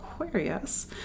Aquarius